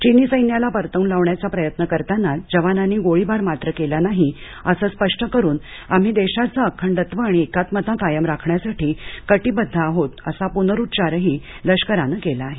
चीनी सैन्याला परतवून लावण्याचा प्रयत्न करतानाच जवानांनी गोळीबार मात्र केला नाही असं स्पष्ट करून आम्ही देशाची अखंडत्व आणि एकात्मता कायम राखण्यासाठी कटिबद्ध आहोत असा पुनरुच्चारही लष्करानं केला आहे